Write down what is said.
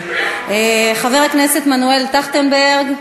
חבר הכנסת מנואל טרכטנברג,